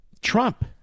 Trump